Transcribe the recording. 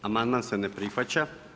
Amandman se ne prihvaća.